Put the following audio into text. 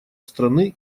страны